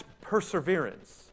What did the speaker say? Perseverance